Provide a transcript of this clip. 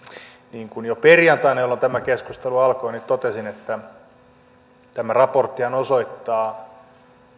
niin kuin jo perjantaina jolloin tämä keskustelu alkoi totesin niin tämä raporttihan osoittaa